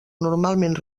normalment